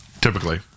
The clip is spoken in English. Typically